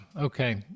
okay